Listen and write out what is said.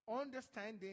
Understanding